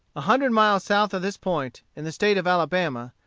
a hundred miles south of this point, in the state of alabama,